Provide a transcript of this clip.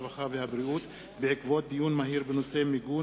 הרווחה והבריאות בעקבות דיון מהיר בנושא: מיגון